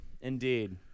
Indeed